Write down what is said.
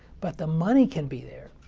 but the money can be there.